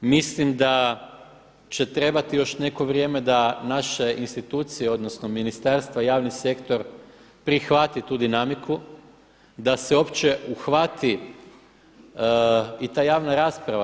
Mislim da će trebati još neko vrijeme da naše institucije, odnosno ministarstva i javni sektor prihvati tu dinamiku, da se uopće uhvati i ta javna rasprava.